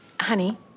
honey